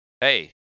hey